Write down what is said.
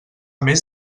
més